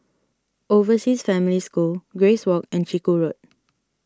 Overseas Family School Grace Walk and Chiku Road